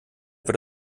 wird